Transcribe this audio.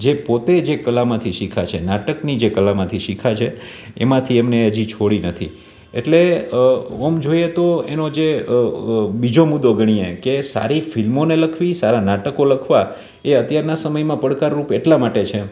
જે પોતે જે કળામાંથી શીખ્યાં છે નાટકની જે કળામાંથી શીખ્યાં છે એમાંથી એમણે હજી છોડી નથી એટલે આમ જોઈએ તો એનો જે બીજો મુદ્દો ગણીએ કે સારી ફિલ્મોને લખવી સારાં નાટકો લખવાં એ અત્યારનાં સમયમાં પડકારરૂપ એટલા માટે છે